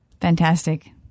fantastic